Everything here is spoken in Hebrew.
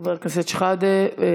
חבר הכנסת שחאדה.